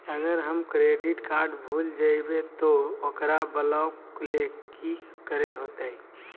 अगर हमर credit card भूल जइबे तो ओकरा ब्लॉक लें कि करे होते?